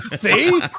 See